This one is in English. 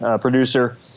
producer